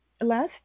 Last